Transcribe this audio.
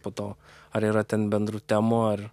po to ar yra ten bendrų temų ar